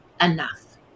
enough